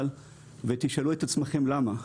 ותשאלו את עצמכם למה.